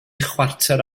chwarter